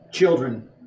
Children